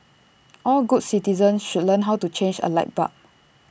all good citizens should learn how to change A light bulb